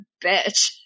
bitch